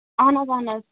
اَہَن حظ اَہَن حظ